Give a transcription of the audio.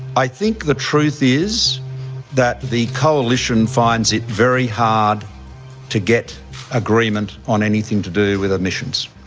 i think the truth is that the coalition finds it very hard to get agreement on anything to do with emissions.